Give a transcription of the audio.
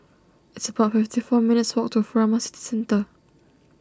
it's about fifty four minutes' walk to Furama City Centre